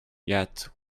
yet